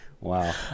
Wow